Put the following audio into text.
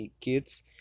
kids